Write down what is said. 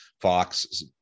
Fox